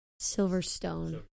Silverstone